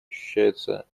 ощущаются